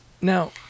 Now